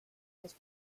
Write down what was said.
this